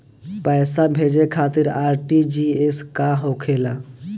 पैसा भेजे खातिर आर.टी.जी.एस का होखेला?